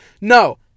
No